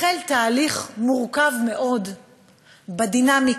החל תהליך מורכב מאוד בדינמיקה